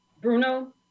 Bruno